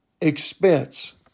expense